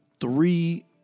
three